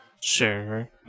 Sure